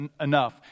enough